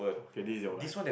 okay this is your life